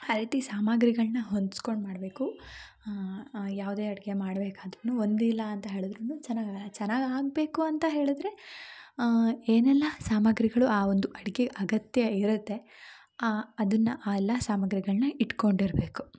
ಆ ರೀತಿ ಸಾಮಾಗ್ರಿಗಳನ್ನ ಹೊಂದಿಸ್ಕೊಂಡ್ ಮಾಡಬೇಕು ಯಾವುದೇ ಅಡುಗೆ ಮಾಡ್ಬೇಕಾದ್ರು ಒಂದಿಲ್ಲ ಅಂತ ಹೇಳಿದ್ರು ಚೆನ್ನಾಗ್ ಚೆನ್ನಾಗಾಗ್ಬೇಕು ಅಂತ ಹೇಳಿದ್ರೆ ಆ ಏನೆಲ್ಲ ಸಾಮಗ್ರಿಗಳು ಆ ಒಂದು ಅಡುಗೆ ಅಗತ್ಯ ಇರುತ್ತೆ ಅದನ್ನು ಆ ಎಲ್ಲ ಸಾಮಗ್ರಿಗಳನ್ನ ಇಟ್ಕೊಂಡಿರಬೇಕು